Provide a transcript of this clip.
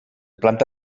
planta